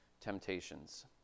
temptations